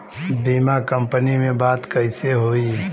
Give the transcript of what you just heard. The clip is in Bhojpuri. बीमा कंपनी में बात कइसे होई?